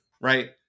right